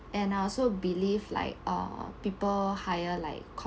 and I also believe like uh people hire like